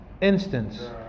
instance